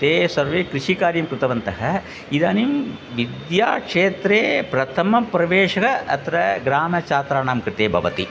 ते सर्वे कृषिकार्यं कृतवन्तः इदानीं विद्याक्षेत्रे प्रथमप्रवेशः अत्र ग्रामछात्राणां कृते भवति